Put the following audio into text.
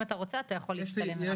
אתה יכול להצטרף.